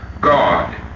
God